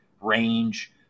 range